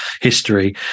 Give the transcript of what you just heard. history